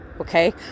okay